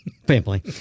family